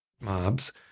mobs